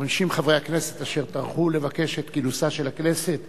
50 חברי הכנסת אשר טרחו לבקש את כינוסה של הכנסת